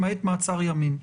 למעט מעצר ימים.